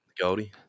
Goldie